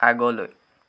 আগলৈ